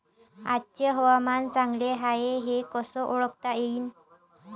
आजचे हवामान चांगले हाये हे कसे ओळखता येईन?